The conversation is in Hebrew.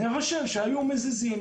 אז אני חושב שהיו מזיזים,